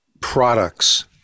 products